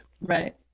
Right